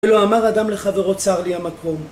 ולא אמר אדם לחברו צר לי המקום